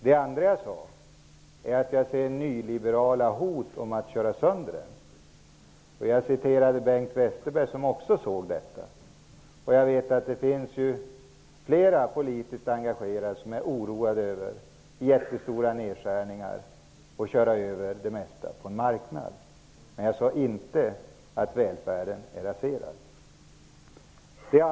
Det andra jag sade var att jag ser nyliberala hot om att köra sönder välfärdsstaten. Jag citerade Bengt Westerberg som också sett detta. Jag vet att det finns flera politiskt engagerade som är oroade över jättestora nedskärningar och att det mesta skall föras över till en marknad. Jag sade inte att välfärden är raserad.